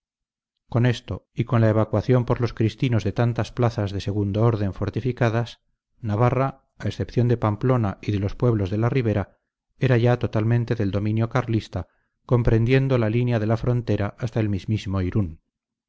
con esto y con la evacuación por los cristinos de tantas plazas de segundo orden fortificadas navarra a excepción de pamplona y de los pueblos de la ribera era ya totalmente del dominio carlista comprendiendo la línea de la frontera hasta el mismísimo irún